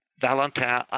Valentin